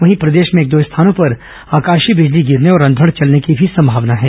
वहीं प्रदेश में एक दो स्थानों पर आकाशीय बिजली गिरने और अंधड़ चलने की भी संमावना है